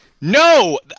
No